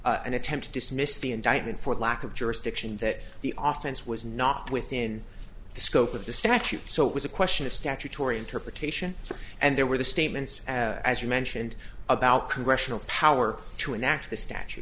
jurisdiction an attempt to dismiss the indictment for lack of jurisdiction that the office was not within the scope of the statute so it was a question of statutory interpretation and there were the statements as you mentioned about congressional power to enact the statu